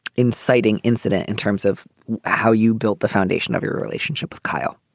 inciting incident in terms of how you built the foundation of your relationship with kyle.